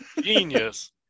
Genius